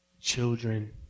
children